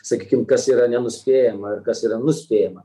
sakykim kas yra nenuspėjama ir kas yra nuspėjama